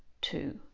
Two